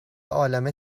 عالمه